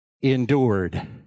endured